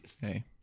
Hey